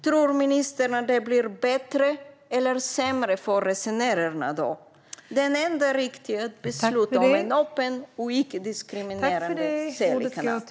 Tror ministern att det då blir bättre eller sämre för resenärerna? Det enda riktiga är att besluta om en öppen och icke-diskriminerande säljkanal.